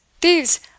Thieves